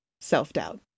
self-doubt